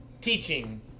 teaching